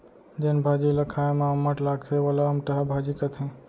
जेन भाजी ल खाए म अम्मठ लागथे वोला अमटहा भाजी कथें